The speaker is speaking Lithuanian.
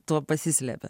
to pasislėpė